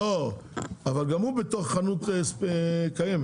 אבל זה בתוך חנות קיימת.